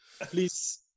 Please